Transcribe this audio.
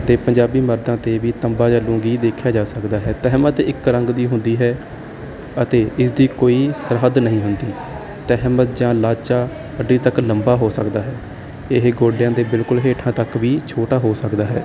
ਅਤੇ ਪੰਜਾਬੀ ਮਰਦਾਂ 'ਤੇ ਵੀ ਤੰਬਾ ਜਾਂ ਲੂੰਗੀ ਦੇਖਿਆ ਜਾ ਸਕਦਾ ਹੈ ਤਹਿਮਤ ਇੱਕ ਰੰਗ ਦੀ ਹੁੰਦੀ ਹੈ ਅਤੇ ਇਸਦੀ ਕੋਈ ਸਰਹੱਦ ਨਹੀਂ ਹੁੰਦੀ ਤਹਿਮਤ ਜਾਂ ਲਾਚਾ ਅੱਡੀ ਤੱਕ ਲੰਬਾ ਹੋ ਸਕਦਾ ਹੈ ਇਹ ਗੋਡਿਆਂ ਦੇ ਬਿਲਕੁਲ ਹੇਠਾਂ ਤੱਕ ਵੀ ਛੋਟਾ ਹੋ ਸਕਦਾ ਹੈ